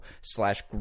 slash